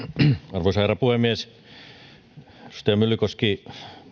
arvoisa herra puhemies edustaja myllykoski